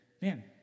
man